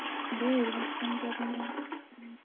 అదే ఏది బాగుంది అంటారు